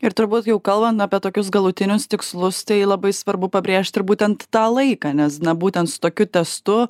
ir turbūt jau kalbant apie tokius galutinius tikslus tai labai svarbu pabrėžti ir būtent tą laiką nes na būtent su tokiu testu